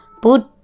put